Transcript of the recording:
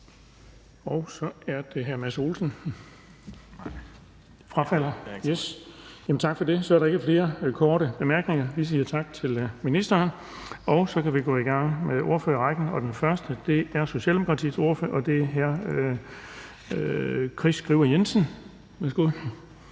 Så er det hr. Mads Olsen. Han frafalder. Der er ikke flere korte bemærkninger, så vi siger tak til ministeren. Så kan vi gå i gang med ordførerrækken, og den første er Socialdemokratiets ordfører, hr. Kris Jensen Skriver. Værsgo.